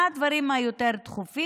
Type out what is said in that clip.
מה הדברים היותר-דחופים?